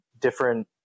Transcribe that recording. different